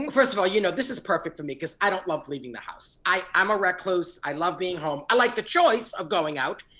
first of all, you know, this is perfect for me, cause i don't love leaving the house. i am a recluse, i love being home. i like the choice of going out,